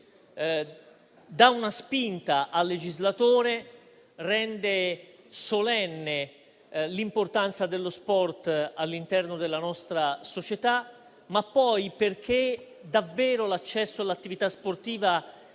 dà una spinta al legislatore, rende solenne l'importanza dello Sport all'interno della nostra società. Poi però, perché davvero l'accesso all'attività sportiva